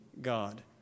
God